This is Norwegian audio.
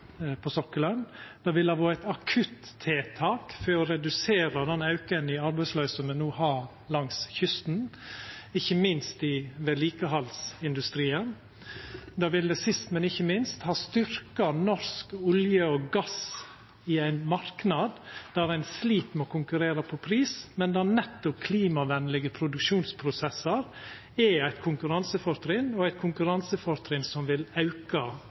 på sokkelen, det ville ha vore eit akuttiltak for å redusera den auken i arbeidsløyse som me no har langs kysten, ikkje minst i vedlikehaldsindustrien, og det ville sist, men ikkje minst ha styrkt norsk olje og gass i ein marknad der ein slit med å konkurrera på pris, men der nettopp klimavenlege produksjonsprosessar er eit konkurransefortrinn – og eit konkurransefortrinn som vil auka